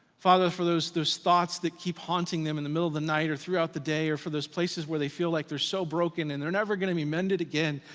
father, for those those thoughts that keep haunting them in the middle of the night or throughout the day or for those places where they feel like they're so broken and they're never gonna be mended again,